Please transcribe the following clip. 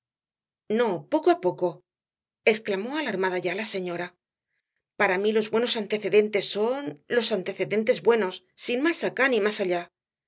no poco á poco exclamó alarmada ya la señora para mí los buenos antecedentes son los antecedentes buenos sin más acá ni más allá